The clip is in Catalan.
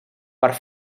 per